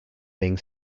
being